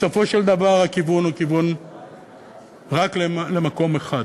בסופו של דבר הכיוון הוא כיוון רק למקום אחד: